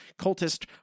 cultist